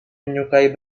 menyukai